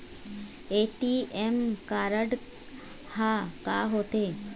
ATM card हा का होते?